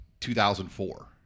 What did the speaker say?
2004